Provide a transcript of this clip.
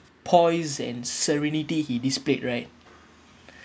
poise and serenity he displayed right